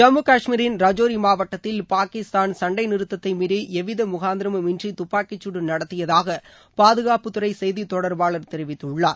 ஜம்மு கஷ்மீரின் ரோஜோரி மாவட்டத்தில் பாகிஸ்தான் சண்டை நிறத்தத்தை மீநி எவ்வித முகாந்திரமும் இன்றி துப்பாக்கிச் சூடு நடத்தியதாகபாதுகாப்புத்துறை செய்தி தொடர்பாளர் தெரிவித்துள்ளார்